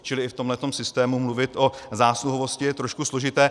Čili i v tomhle tom systému mluvit o zásluhovosti je trošku složité.